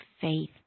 faith